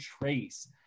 trace